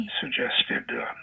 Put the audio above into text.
suggested